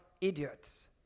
idiots